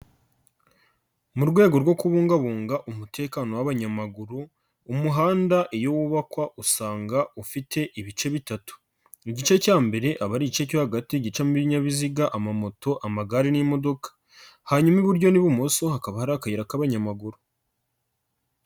Mu rwego rwo kubungabunga umutekano w'abanyamaguru, umuhanda iyo wubakwa usanga ufite ibice bitatu. Igice cya mbere aba ari igice cyo hagati gicamo ibinyabiziga ama moto amagare n'amamodoka. Hanyuma iburyo n'ibumoso hakaba hari akayira k'abanyamaguru.